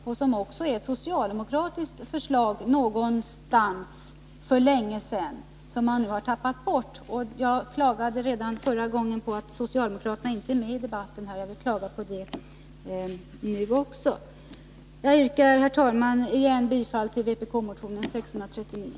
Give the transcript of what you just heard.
Det var också ett socialdemokratiskt förslag någonstans för länge sedan, som man nu har tappat bort. Redan förra gången vi debatterade detta ämne klagade jag på att socialdemokraterna inte var med i debatten. Jag klagar på det nu också. Herr talman! Jag yrkar än en gång bifall till vpk-motionen 639.